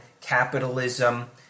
capitalism